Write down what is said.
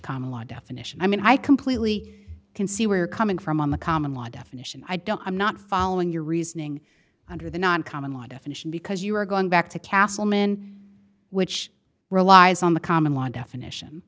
common law definition i mean i completely can see where you're coming from on the common law definition i don't i'm not following your reasoning under the not common law definition because you are going back to castleman which relies on the common law definition